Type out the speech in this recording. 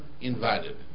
invited